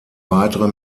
weitere